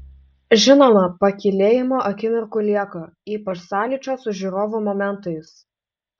žinoma pakylėjimo akimirkų lieka ypač sąlyčio su žiūrovu momentais